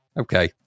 Okay